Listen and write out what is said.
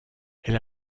elle